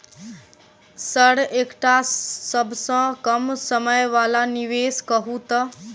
Sir एकटा सबसँ कम समय वला निवेश कहु तऽ?